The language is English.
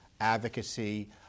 advocacy